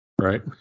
Right